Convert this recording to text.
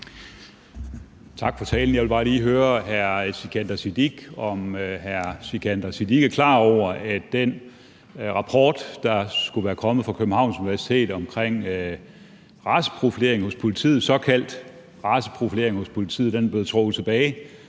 Tak for talen. Jeg vil bare lige høre hr. Sikandar Siddique, om hr. Sikandar Siddique er klar over, at den rapport, der skulle være kommet fra Københavns Universitet, om raceprofilering hos politiet – såkaldt raceprofilering hos politiet – er blevet trukket tilbage,